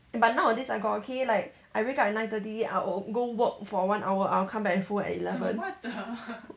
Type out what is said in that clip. but nowadays I got okay like I wake up at nine thirty I will go work for one hour I'll come back and fold at eleven